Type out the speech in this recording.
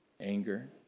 anger